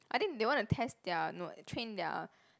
I think they want to test their no train their